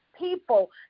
people